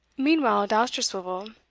meanwhile, dousterswivel,